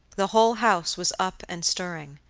the whole house was up and stirring.